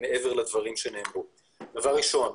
דבר ראשון,